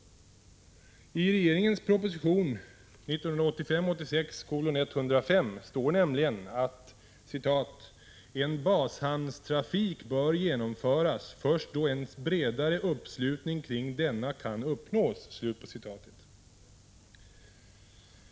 I regeringens proposition 1985/86:105 står det nämligen att ”en bashamnstrafik bör genomföras först då en bredare uppslutning kring denna kan uppnås”.